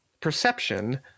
perception